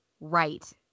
right